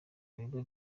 bigo